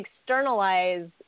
externalize